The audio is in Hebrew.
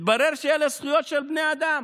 מתברר שאלה זכויות של בני אדם.